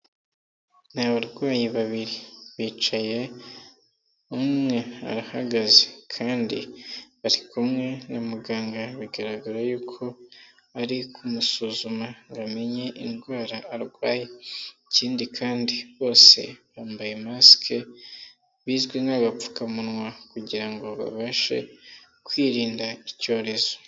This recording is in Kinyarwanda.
Ni abarwayi babiri bicaye, umwe arahagaze kandi bari kumwe na muganga bigaragara yuko ari kumusuzuma ngo amenye indwara arwaye ikindi kandi bose bambaye masike bizwi nk'agapfukamunwa kugira ngo babashe kwirinda icyorezo.